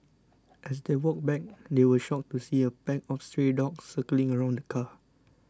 as they walked back they were shocked to see a pack of stray dogs circling around the car